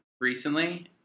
recently